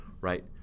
right